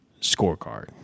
scorecard